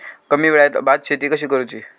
कमी वेळात भात शेती कशी करुची?